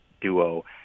duo